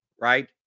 right